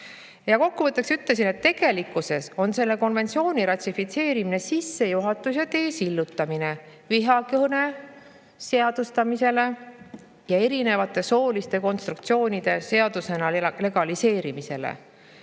Kokkuvõtteks ütleksin, et tegelikkuses on selle konventsiooni ratifitseerimine sissejuhatus ja tee sillutamine vihakõne seadustamisele ja erinevate sooliste konstruktsioonide seadusena legaliseerimisele,